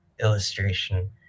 illustration